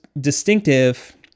distinctive